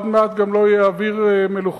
עוד מעט לא יהיה גם אוויר מלוכלך.